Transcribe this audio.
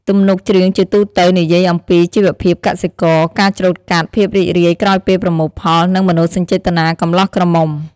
ទំនុកច្រៀងជាទូទៅនិយាយអំពីជីវភាពកសិករ ការច្រូតកាត់ ភាពរីករាយក្រោយពេលប្រមូលផល និងមនោសញ្ចេតនាកំលោះក្រមុំ។